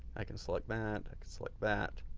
i can select that. i can select that.